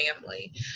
family